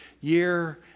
year